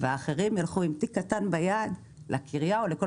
ואחרים ילכו עם תיק קטן ביד לקריה או לכל